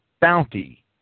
bounty